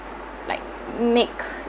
like make